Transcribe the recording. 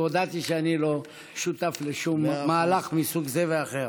והודעתי שאני לא שותף לשום מהלך מסוג זה ואחר.